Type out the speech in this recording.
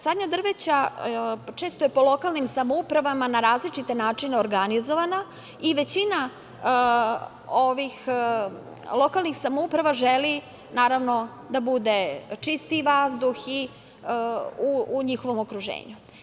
Sadnja drveća često je po lokalnim samoupravama na različite načine organizovana i većina ovih lokalnih samouprava želi da bude čistiji vazduh i u njihovom okruženju.